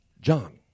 John